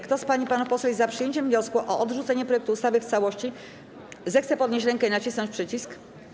Kto z pań i panów posłów jest za przyjęciem wniosku o odrzucenie projektu ustawy w całości, zechce podnieść rękę i nacisnąć przycisk.